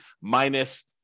minus